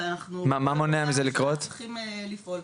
ואנחנו --- שאנחנו צריכים לפעול.